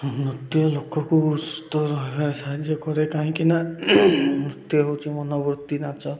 ନୃତ୍ୟ ଲୋକକୁ ସାହାଯ୍ୟ କରେ କାହିଁକିନା ନୃତ୍ୟ ହେଉଛି ମନବୃତ୍ତି ନାଚ